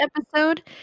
episode